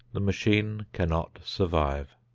the machine cannot survive.